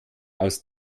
aus